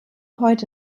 heute